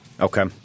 Okay